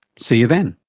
see you then